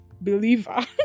believer